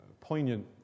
poignant